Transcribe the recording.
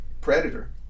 predator